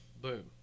Boom